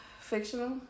Fictional